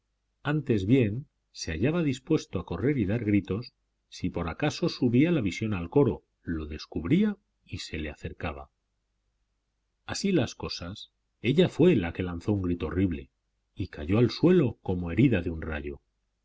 antes bien se hallaba dispuesto a correr y dar gritos si por acaso subía la visión al coro lo descubría y se le acercaba así las cosas ella fue la que lanzó un grito horrible y cayó al suelo como herida de un rayo